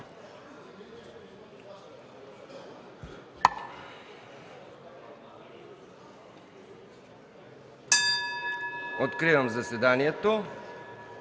Закривам заседанието.